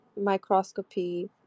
microscopy